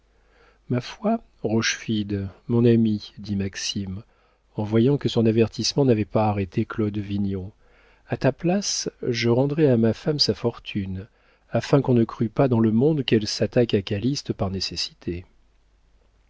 ma foi rochefide mon ami dit maxime en voyant que son avertissement n'avait pas arrêté claude vignon à ta place je rendrais à ma femme sa fortune afin qu'on ne crût pas dans le monde qu'elle s'attaque à calyste par nécessité